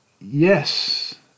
Yes